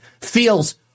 feels